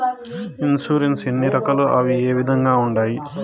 insurance ఎన్ని రకాలు అవి ఏ విధంగా ఉండాయి